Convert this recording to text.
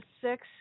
six